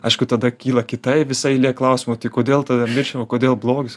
aišku tada kyla kita visa eilė klausimų o tai kodėl tada mirštame kodėl blogis